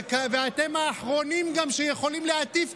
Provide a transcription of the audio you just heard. ואתם האחרונים גם שיכולים להטיף,